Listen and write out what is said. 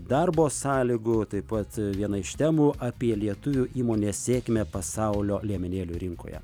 darbo sąlygų taip pat viena iš temų apie lietuvių įmonės sėkmę pasaulio liemenėlių rinkoje